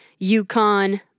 UConn